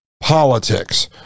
politics